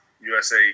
USA